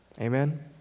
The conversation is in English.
Amen